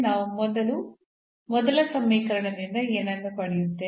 ನಾವು ಮೊದಲ ಸಮೀಕರಣದಿಂದ ಏನನ್ನು ಪಡೆಯುತ್ತೇವೆ